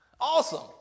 Awesome